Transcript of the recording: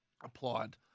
applied